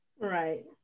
Right